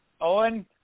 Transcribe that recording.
Owen